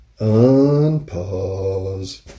Unpause